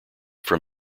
from